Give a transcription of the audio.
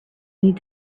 need